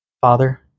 Father